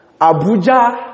Abuja